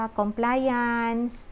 compliance